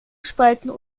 spalten